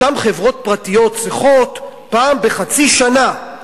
אותן חברות פרטיות צריכות פעם בחצי שנה,